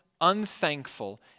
unthankful